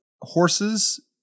horses